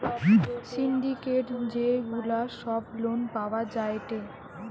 syndicate যে গুলা সব লোন পাওয়া যায়টে